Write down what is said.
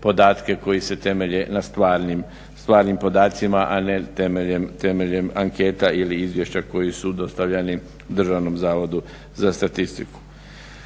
koji se temelje na stvarnim podacima, a ne temeljem anketa ili izvješća koji su dostavljani DSZ-u. Ovim zakonom se